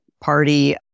party